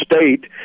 state